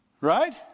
Right